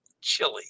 Chili